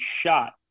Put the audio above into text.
shot